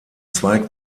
zweig